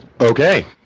Okay